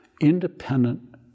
independent